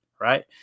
right